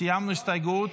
סיימנו את ההסתייגויות.